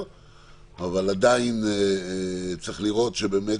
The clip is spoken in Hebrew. כמו שעדיין קורה.